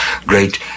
great